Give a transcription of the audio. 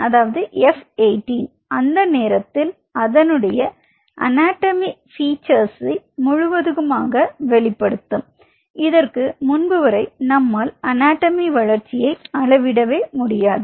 அதாவது F 18 அந்த நேரத்தில் அதனுடைய அனாட்டமி பிச்சர்ஸ் முழுவதுமாக வெளிப்படும் இதற்கு இதற்கு முன்புவரை நம்மால் அனாட்டமி வளர்ச்சியை அளவிட முடியாது